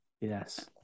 Yes